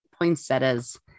poinsettias